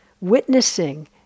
Witnessing